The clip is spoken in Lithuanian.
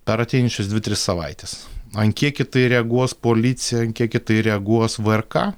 per ateinančias dvi tris savaites ant kiek į tai reaguos policija ant kiek į tai reaguos vrk